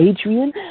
Adrian